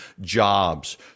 Jobs